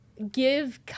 give